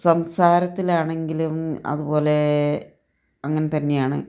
സംസാരത്തിലാണെങ്കിലും അതുപോലെ അങ്ങനെ തന്നെയാണ്